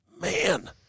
Man